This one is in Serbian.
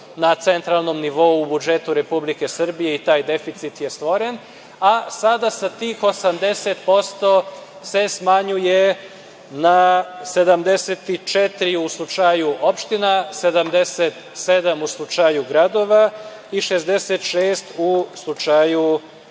na centralnom nivou u budžetu Republike Srbije i taj deficit je stvoren. Sada se tih 80% se smanjuje na 74, u slučaju opština, 77% u slučaju gradova i 66% u slučaju glavnog